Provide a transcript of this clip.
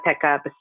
pickup